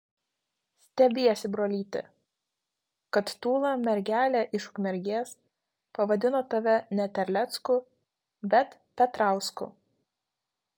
stebiesi brolyti kad tūla mergelė iš ukmergės pavadino tave ne terlecku bet petrausku